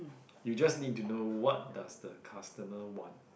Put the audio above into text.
you just need to know what does the customer want